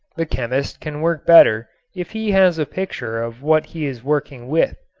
the chemist can work better if he has a picture of what he is working with.